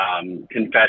confession